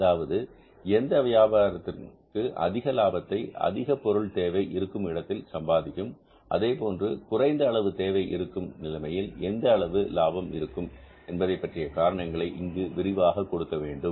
அதாவது எந்த வியாபாரம் அதிக லாபத்தை அதிகமான பொருள் தேவை இருக்கும் இடத்தில் சம்பாதிக்கும் அதேபோன்று குறைந்த அளவு தேவை இருக்கும் நிலைமையில் எந்த அளவு லாபம் இருக்கும் என்பதைப்பற்றிய காரணங்களை இங்கு விரிவாக கொடுக்க வேண்டும்